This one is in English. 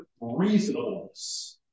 reasonableness